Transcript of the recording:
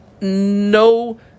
no